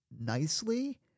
nicely